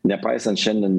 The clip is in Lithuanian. nepaisant šiandien